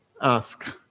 ask